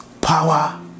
power